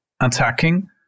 attacking